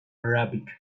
arabic